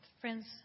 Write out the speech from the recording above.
friends